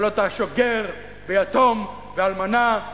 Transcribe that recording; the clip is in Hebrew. ולא תעשוק גר ויתום ואלמנה,